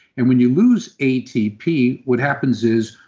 and when you lose atp, what happens is,